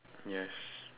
yes